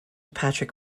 patrick